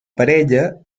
parella